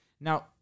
Now